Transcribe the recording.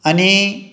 आनी